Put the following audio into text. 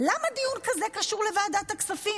למה דיון כזה קשור לוועדת הכספים?